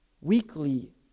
weekly